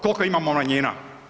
Kolko imamo manjina?